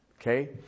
Okay